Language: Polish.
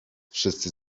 wszyscy